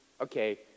okay